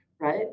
right